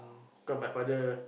because my father